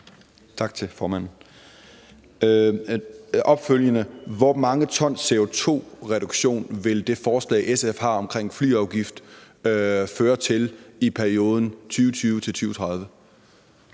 vil jeg spørge: Hvor meget CO2-reduktion vil det forslag, som SF har om en flyafgift, føre til i perioden 2020-2030?